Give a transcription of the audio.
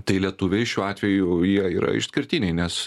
tai lietuviai šiuo atveju jie yra išskirtiniai nes